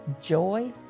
joy